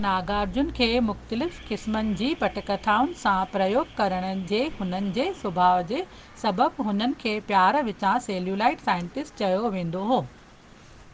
नागार्जुन खे मुख़्तलिफ़ क़िस्मनि जी पटकथाउनि सां प्रयोगु करण जे हुननि जे सुभाउ जे सबबि हुननि खे प्यार विचां सेल्युलॉइड साइंटिस्ट चयो वेंदो हो